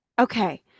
okay